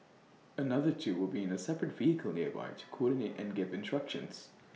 another two will be in A separate vehicle nearby to coordinate and give instructions